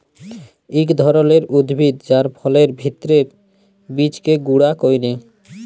ইক ধরলের উদ্ভিদ যার ফলের ভিত্রের বীজকে গুঁড়া ক্যরে